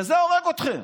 וזה הורג אתכם,